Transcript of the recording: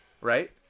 right